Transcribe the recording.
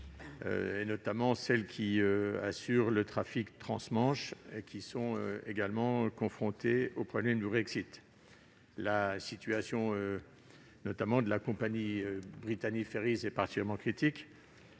en particulier celles qui assurent le trafic transmanche, qui sont confrontées au problème du Brexit. La situation, notamment de la compagnie Brittany Ferries, est particulièrement critique.